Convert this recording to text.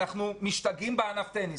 אנחנו משתגעים בענף טניס.